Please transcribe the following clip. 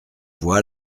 voix